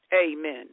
Amen